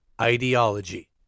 ideology